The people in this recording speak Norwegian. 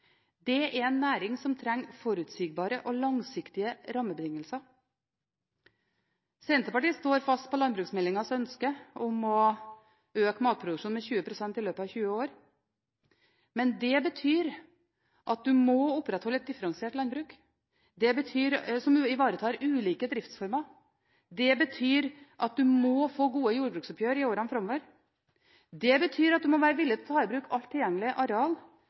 Det er en næring som trenger forutsigbare og langsiktige rammebetingelser. Senterpartiet står fast på landbruksmeldingas ønske om å øke matproduksjonen med 20 pst. i løpet av 20 år. Men det betyr at man må opprettholde et differensiert landbruk som ivaretar ulike driftsformer. Det betyr at man må ha gode jordbruksoppgjør i årene framover. Det betyr at man må være villig til å ta i bruk alt tilgjengelig areal,